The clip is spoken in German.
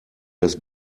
das